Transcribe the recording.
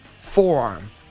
forearm